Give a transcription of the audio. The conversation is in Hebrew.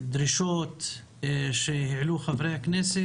והדרישות שהעלו חברי הכנסת,